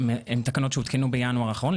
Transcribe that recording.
שהותקנו בינואר האחרון,